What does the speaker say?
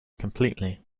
completely